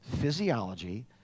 physiology